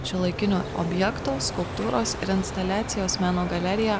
šiuolaikinio objekto skulptūros ir instaliacijos meno galeriją